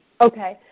Okay